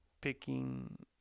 picking